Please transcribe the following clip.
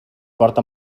porta